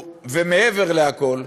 ומעבר לכול,